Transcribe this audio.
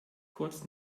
kurz